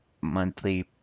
monthly